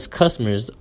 customers